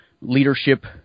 leadership